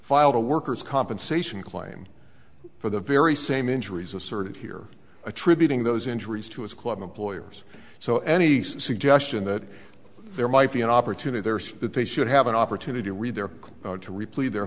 filed a worker's compensation claim for the very same injuries asserted here attributing those injuries to his club employers so any suggestion that there might be an opportunity there so that they should have an opportunity to read their to ripley their